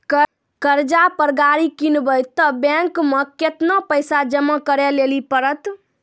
कर्जा पर गाड़ी किनबै तऽ बैंक मे केतना पैसा जमा करे लेली पड़त?